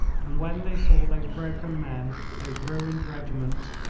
and when they saw those broken men, those ruined regiments,